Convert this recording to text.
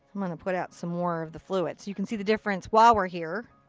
i'm gonna put out some more of the fluid so you can see the difference while we're here.